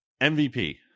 MVP